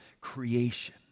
creation